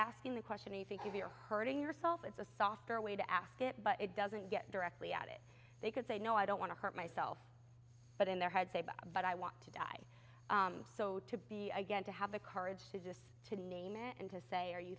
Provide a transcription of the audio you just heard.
asking the question you think you're hurting yourself it's a softer way to ask it but it doesn't get directly at it they could say no i don't want to hurt myself but in their heads but i want to die so to be again to have the courage to just to name it and to say are you